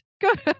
good